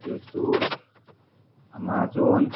YouTube amazon